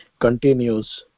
continues